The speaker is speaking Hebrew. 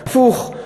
הפוך,